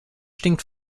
stinkt